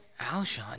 Alshon